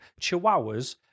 Chihuahuas